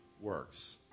works